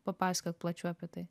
papasakok plačiau apie tai